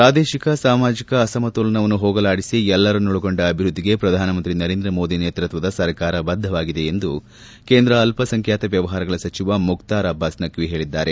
ಪ್ರಾದೇಶಿಕ ಸಾಮಾಜಿಕ ಅಸಮತೋಲವನ್ನು ಹೋಗಲಾಡಿಸಿ ಎಲ್ಲರನ್ನೊಳಗೊಂಡ ಅಭಿವೃದ್ಧಿಗೆ ಪ್ರಧಾನಮಂತ್ರಿ ನರೇಂದ್ರ ಮೋದಿ ನೇತೃತ್ವದ ಸರ್ಕಾರ ಬದ್ಧವಾಗಿದೆ ಎಂದು ಕೇಂದ್ರ ಅಲ್ಲಸಂಖ್ಯಾತ ವ್ಯವಹಾರಗಳ ಸಚಿವ ಮುಕ್ತಾರ್ ಅಬ್ಬಾಸ್ ನಖ್ವಿ ಹೇಳಿದ್ದಾರೆ